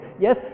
yes